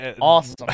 awesome